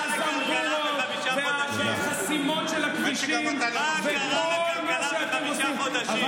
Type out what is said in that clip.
הזמבורות והחסימות של הכבישים וכל מה שאתם עושים.